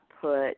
put